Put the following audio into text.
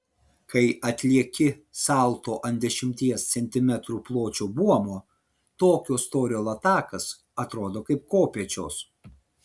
kai atlieki salto ant dešimties centimetrų pločio buomo tokio storio latakas atrodo kaip kopėčios